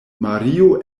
mario